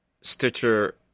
stitcher